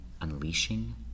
unleashing